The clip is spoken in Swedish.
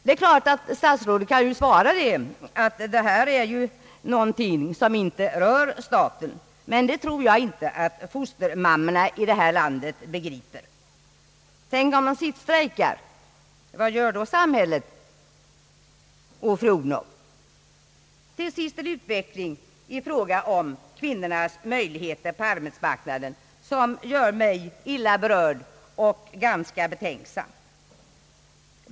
Det är klart att statsrådet kan svara att detta är någonting som inte rör staten, men det tror jag inte att fostermammorna i det här landet begriper. Tänk om de sittstrejkar. Vad gör då samhället och fru Odhnoff? Till sist vill jag påpeka en utveckling i fråga om kvinnornas möjligheter på arbetsmarknaden som gör mig illa berörd och ganska betänksam.